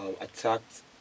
attacked